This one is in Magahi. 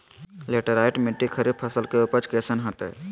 लेटराइट मिट्टी खरीफ फसल के उपज कईसन हतय?